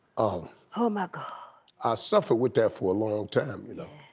oh oh my god. i suffered with that for a long time. you know